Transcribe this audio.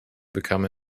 become